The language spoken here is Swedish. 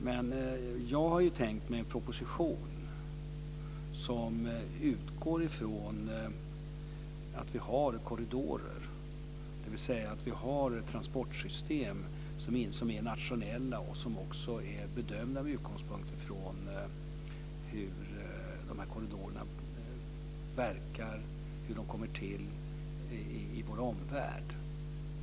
Men jag har tänkt mig en proposition som utgår från att vi har korridorer, dvs. att vi har transportsystem som är nationella och som också är bedömda med utgångspunkt från hur de här korridorerna verkar och kommer till i vår omvärld.